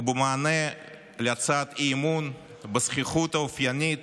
ובמענה על הצעת אי-אמון, בזחיחות האופיינית,